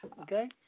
Okay